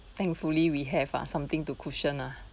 thankfully we have ah something to cushion lah